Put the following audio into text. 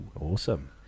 awesome